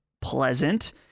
pleasant